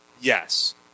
Yes